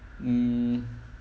mm